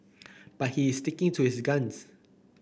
but he is sticking to his guns